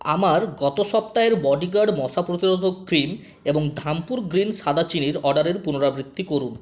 আমার গত সপ্তাহের বডিগার্ড মশা প্রতিরোধক ক্রিম এবং ধামপুর গ্রিন সাদা চিনির অর্ডারের পুনরাবৃত্তি করুন